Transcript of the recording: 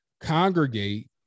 congregate